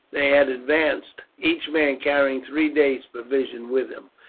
they had advanced, each man carrying three days' provisions with him.